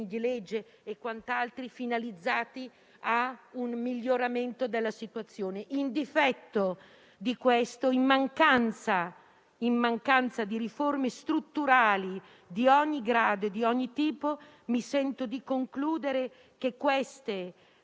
di legge finalizzati a un miglioramento della situazione. In difetto di questo, in mancanza di riforme strutturali di ogni grado e di ogni tipo, mi sento di concludere che questo